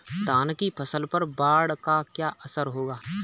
धान की फसल पर बाढ़ का क्या असर होगा?